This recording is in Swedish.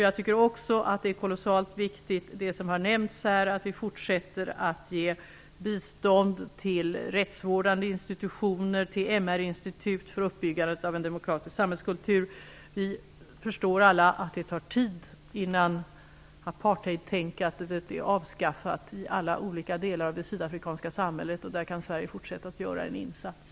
Jag tycker också att det är kolossalt viktigt att vi fortsätter att ge bistånd till rättsvårdande institutioner och till MR-institut för uppbyggandet av en demokratisk samhällskultur. Vi förstår alla att det tar tid innan apartheidtänkandet är avskaffat i alla olika delar av det sydafrikanska samhället. Där kan Sverige fortsätta att göra en insats.